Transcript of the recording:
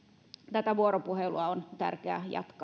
tätä vuoropuhelua on tärkeää jatkaa arvoisa